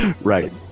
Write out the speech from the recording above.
Right